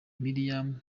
miriam